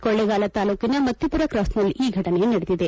ಕೊಳ್ಳೆಗಾಲ ತಾಲೂಕಿನ ಮತ್ತಿಪುರ ಕಾಸ್ನಲ್ಲಿ ಈ ಘಟನೆ ನಡೆದಿದೆ